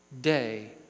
day